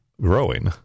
growing